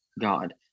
God